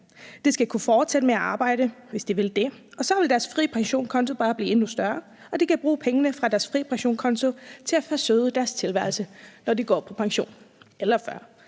De skal kunne fortsætte med at arbejde, hvis de vil det, og så vil deres FriPensionkonto bare blive endnu større, og de kan bruge pengene fra deres FriPensionkonto til at forsøde deres tilværelse, når de går på pension eller før.